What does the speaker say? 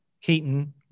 Keaton